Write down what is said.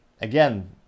again